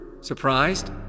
Surprised